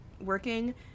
working